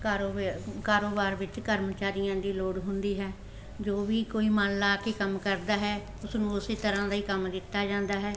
ਕਾਰੋਬੇ ਕਾਰੋਬਾਰ ਵਿੱਚ ਕਰਮਚਾਰੀਆਂ ਦੀ ਲੋੜ ਹੁੰਦੀ ਹੈ ਜੋ ਵੀ ਕੋਈ ਮਨ ਲਗਾ ਕੇ ਕੰਮ ਕਰਦਾ ਹੈ ਉਸ ਨੂੰ ਉਸ ਤਰ੍ਹਾਂ ਦਾ ਹੀ ਕੰਮ ਦਿੱਤਾ ਜਾਂਦਾ ਹੈ